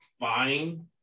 buying